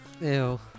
Ew